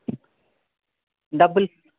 డబ్బులు